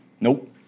Nope